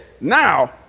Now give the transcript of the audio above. Now